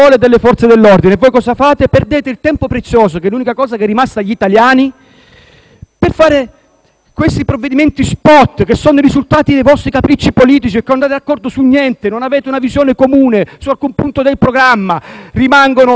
per fare questi provvedimenti *spot* che sono i risultati dei vostri capricci politici, perché non andate d'accordo su niente e non avete una visione comune su alcun punto del programma. Rimangono i titoli dell'indice che voi approvate; dei contenuti non c'è niente che condividete.